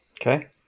Okay